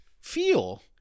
feel